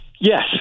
Yes